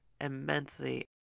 immensely